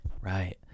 Right